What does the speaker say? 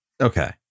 okay